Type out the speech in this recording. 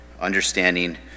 understanding